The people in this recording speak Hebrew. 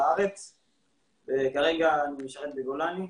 אני כרגע סטודנט במכון לב במסלול עתודת עולים